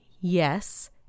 yes